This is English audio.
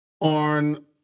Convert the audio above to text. on